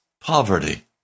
poverty